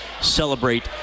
Celebrate